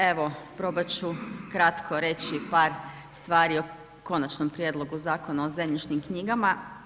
Evo, probati ću kratko reći par stvari o Konačnom prijedlogu Zakona o zemljišnim knjigama.